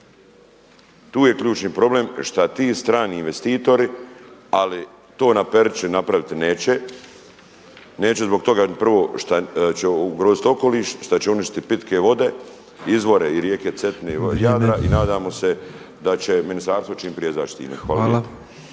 Tu je ključni problem što ti strani investitori, ali to na Perići napraviti neće. Neće zbog toga jer prvo šta će ugroziti okoliš, šta će uništiti pitke vode, izvore i rijeke Cetine i …/Govornik se ne razumije./…. I nadamo se da će Ministarstvo čim prije …/Govornik